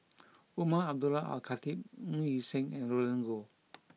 Umar Abdullah Al Khatib Ng Yi Sheng and Roland Goh